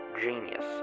genius